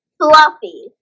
fluffy